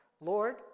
Lord